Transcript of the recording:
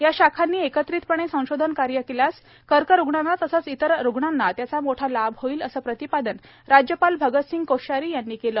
या शाखांनी एकत्रितपणे संशोधन कार्य केल्यास कर्करुग्णांना तसेच इतर रुग्णांना त्याचा मोठा लाभ होईल असे प्रतिपादन राज्यपाल भगतसिंह कोश्यारी यांनी केले